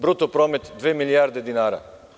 Bruto promet dve milijarde dinara.